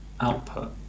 output